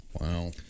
Wow